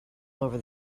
over